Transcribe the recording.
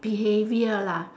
behaviour lah